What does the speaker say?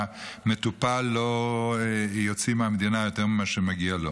שהמטופל לא יוציא מהמדינה יותר ממה שמגיע לו.